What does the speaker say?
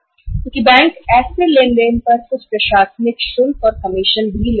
क्योंकि बैंक ऐसे लेनदेन पर कुछ प्रशासनिक शुल्क और कमीशन भी लेता है